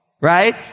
right